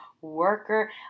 worker